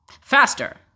faster